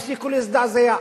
הפסיקו להזדעזע,